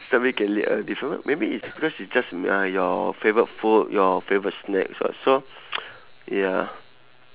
strawberry can let uh different what maybe is because is just mm uh your favourite food your favourite snacks [what] so ya